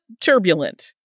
turbulent